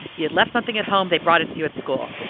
he had left something at home. they brought it to you at school.